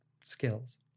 skills